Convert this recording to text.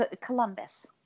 Columbus